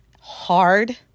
hard